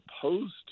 opposed